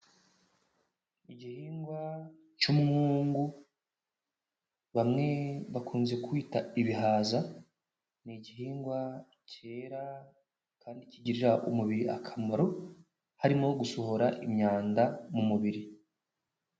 Igihingwa cy'umungu, bamwe bakunze kwita ibihaza, ni igihingwa kera kandi kigirira umubiri akamaro, harimo gusohora imyanda mu mubiri.